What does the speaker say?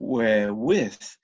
Wherewith